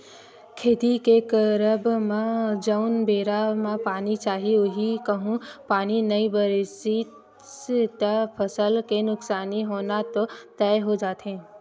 खेती के करब म जउन बेरा म पानी चाही अऊ कहूँ पानी नई बरसिस त फसल के नुकसानी होना तो तय हो जाथे